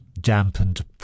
dampened